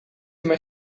mijn